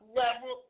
level